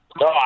No